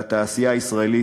והתעשייה הישראלית,